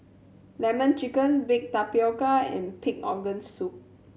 Lemon Chicken baked tapioca and pig organ soup